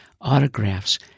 autographs